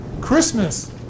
Christmas